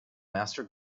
master